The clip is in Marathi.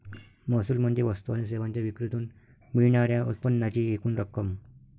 महसूल म्हणजे वस्तू आणि सेवांच्या विक्रीतून मिळणार्या उत्पन्नाची एकूण रक्कम